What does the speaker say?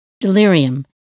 delirium